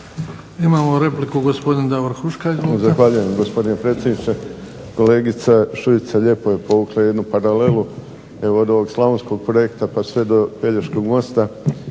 Imamo repliku, gospodin Davor Huška.